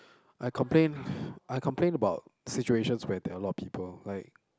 I complain I complain about situations where there are a lot of people like